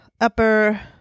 upper